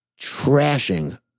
trashing